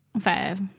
Five